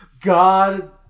God